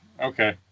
Okay